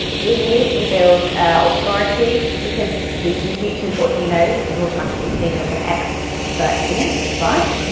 you immediately build authority because he who teaches what he knows is automatically seen as an expert but in it, right.